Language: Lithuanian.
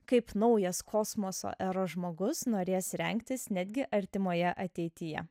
kaip naujas kosmoso eros žmogus norės rengtis netgi artimoje ateityje